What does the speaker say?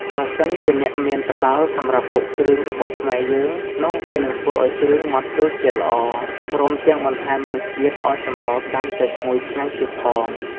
បើសិនជាអ្នកមានត្បាល់សម្រាប់បុកគ្រឿងរបស់ខ្មែរយើង នោះវានឹងធ្វើឱ្យគ្រឿងម៉ដ្ដចូលជាតិល្អ ព្រមទាំងបន្ថែមរសជាតិឱ្យសម្លកាន់តែឈ្ងុយឆ្ងាញ់ទៀតផង។